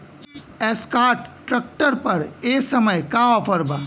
Escort tractor पर ए समय का ऑफ़र बा?